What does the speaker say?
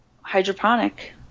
hydroponic